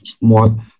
more